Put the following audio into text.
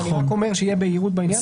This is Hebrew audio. אני רק אומר כדי שתהיה בהירות בעניין הזה.